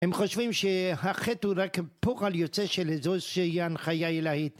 הם חושבים שהחטא הוא רק פועל יוצא של איזושהי הנחיה עילאית